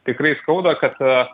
tikrai skauda kad